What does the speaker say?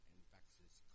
infectious